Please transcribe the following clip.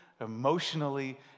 emotionally